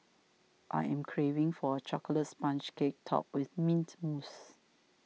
I am craving for a Chocolate Sponge Cake Topped with Mint Mousse